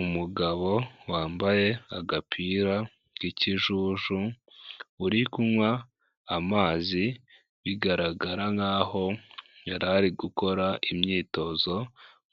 Umugabo wambaye agapira k'ikijuju, uri kunywa amazi bigaragara nk'aho yarari gukora imyitozo